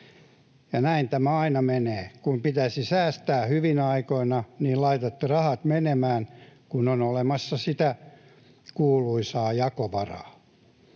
Ja näin tämä aina menee: kun pitäisi säästää hyvinä aikoina, niin laitatte rahat menemään, kun on olemassa sitä kuuluisaa jakovaraa.